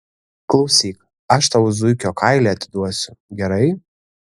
klausyk aš tau zuikio kailį atiduosiu gerai